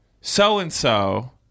so-and-so